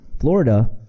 Florida